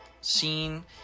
scene